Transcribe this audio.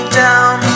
down